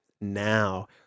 now